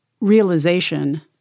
realization